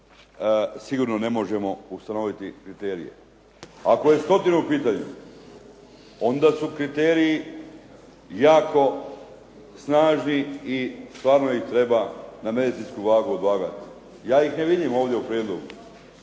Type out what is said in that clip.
sigurno ne možemo ustanoviti kriterije. Ako je stotine u pitanju, onda su kriteriji jako snažni i stvarno ih treba na medicinsku vagu odvagati. Ja ih ne vidim ovdje u prijedlogu.